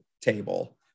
table